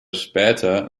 später